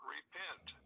repent